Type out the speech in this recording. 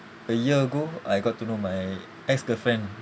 a year ago I got to know my ex-girlfriend